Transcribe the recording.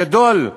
הגדול,